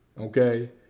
Okay